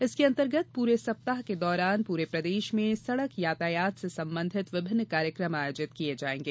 इसके अंतर्गत पूरे सप्ताह के दौरान पूरे प्रदेष में सड़क यातायात से संबंधित विभिन्न कार्यक्रम आयोजित किये जाएंगे